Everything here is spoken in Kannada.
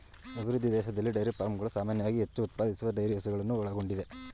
ಅಭಿವೃದ್ಧಿ ದೇಶದಲ್ಲಿ ಡೈರಿ ಫಾರ್ಮ್ಗಳು ಸಾಮಾನ್ಯವಾಗಿ ಹೆಚ್ಚು ಉತ್ಪಾದಿಸುವ ಡೈರಿ ಹಸುಗಳನ್ನು ಒಳಗೊಂಡಿದೆ